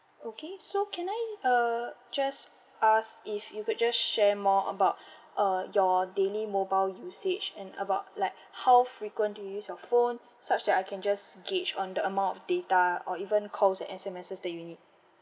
okay so can I uh just ask if you could just share more about uh your daily mobile usage and about like how frequent do you use your phone such that I can just gauge on the amount of data or even calls and S_M_Ss that you need